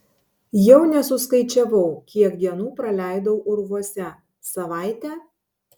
jau nesuskaičiavau kiek dienų praleidau urvuose savaitę